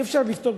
אי-אפשר לפתור,